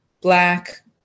black